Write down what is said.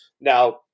Now